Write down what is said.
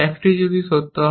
একটি যদি সত্য হয়